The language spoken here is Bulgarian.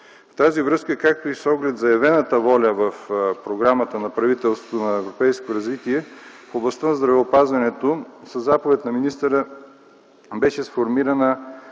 с това, както и с оглед заявената воля в Програмата на правителството за европейското развитие в областта на здравеопазването със заповед на министъра беше сформирана